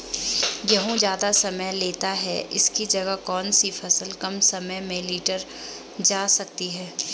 गेहूँ ज़्यादा समय लेता है इसकी जगह कौन सी फसल कम समय में लीटर जा सकती है?